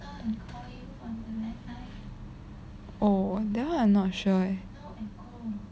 oh that one I not sure eh